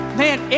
man